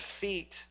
feet